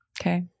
Okay